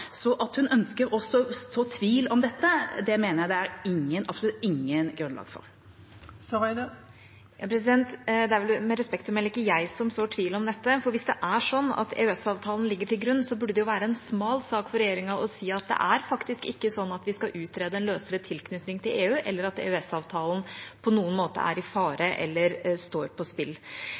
Så at hun ønsker å så tvil om dette, mener jeg det er absolutt ikke noe grunnlag for. Det er med respekt å melde ikke jeg som sår tvil om dette, for hvis det er slik at EØS-avtalen ligger til grunn, burde det være en smal sak for regjeringa å si at det er faktisk ikke slik at vi skal utrede en løsere tilknytning til EU, eller at EØS-avtalen på noen måte er i fare eller står på spill.